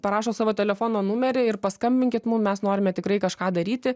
parašo savo telefono numerį ir paskambinkit mum mes norime tikrai kažką daryti